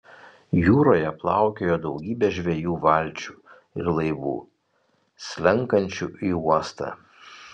jūroje plaukiojo daugybė žvejų valčių ir laivų slenkančių į uostą